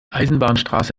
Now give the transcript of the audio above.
eisenbahnstraße